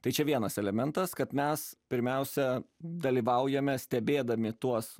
tai čia vienas elementas kad mes pirmiausia dalyvaujame stebėdami tuos